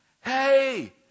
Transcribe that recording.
Hey